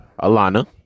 Alana